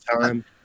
time